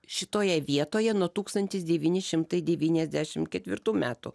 šitoje vietoje nuo tūkstantis devyni šimtai devyniasdešim ketvirtų metų